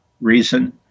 reason